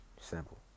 Simple